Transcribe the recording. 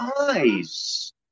eyes